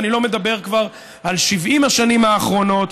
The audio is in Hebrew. ואני לא מדבר כבר על 70 השנים האחרונות,